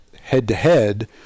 head-to-head